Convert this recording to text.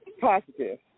Positive